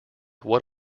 what